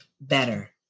better